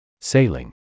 Sailing